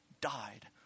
died